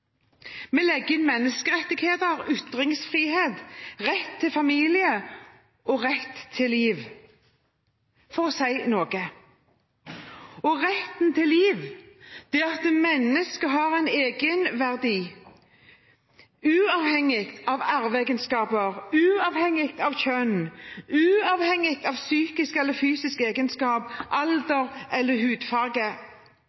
Vi legger inn menneskerettigheter, ytringsfrihet, rett til familie og rett til liv, for å nevne noe. Retten til liv, det at mennesket har en egenverdi, uavhengig av arveegenskaper, uavhengig av kjønn, uavhengig av psykiske eller